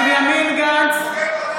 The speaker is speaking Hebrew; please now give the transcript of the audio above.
בנימין גנץ,